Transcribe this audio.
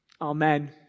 Amen